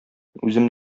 үзем